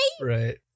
Right